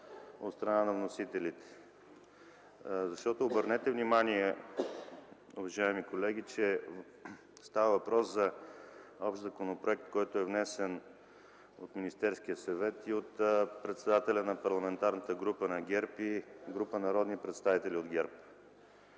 от страна на вносителите. Уважаеми колеги, обърнете внимание, че става въпрос за общ законопроект, внесен от Министерския съвет и от председателя на Парламентарната група на ГЕРБ и група народни представители от ГЕРБ.